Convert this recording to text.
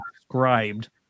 described